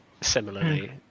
Similarly